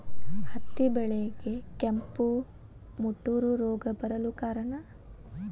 ಹತ್ತಿ ಬೆಳೆಗೆ ಕೆಂಪು ಮುಟೂರು ರೋಗ ಬರಲು ಕಾರಣ?